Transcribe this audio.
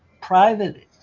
private